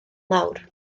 mawr